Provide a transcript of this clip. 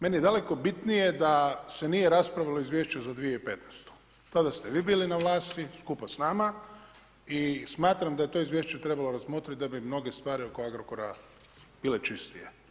Meni je daleko bitnije da se nije raspravilo izvješće za 2015. tada ste vi bili na vlasti skupa s nama i smatram da je to izvješće trebalo razmotriti da bi mnoge stvari oko Agrokora bile čistije.